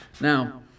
Now